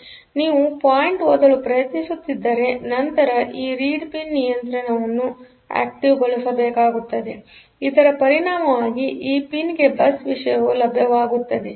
ಆದ್ದರಿಂದ ನೀವು ಪಾಯಿಂಟ್ ಓದಲು ಪ್ರಯತ್ನಿಸುತ್ತಿದ್ದರೆನಂತರ ಈ ರೀಡ್ ಪಿನ್ ನಿಯಂತ್ರಣವನ್ನು ಆಕ್ಟಿವ್ ಗೊಳಿಸಬೇಕಾಗುತ್ತದೆ ಇದರ ಪರಿಣಾಮವಾಗಿ ಈ ಪಿನ್ ಗೆ ಬಸ್ ವಿಷಯವು ಲಭ್ಯವಾಗುತ್ತದೆ